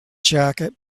jacket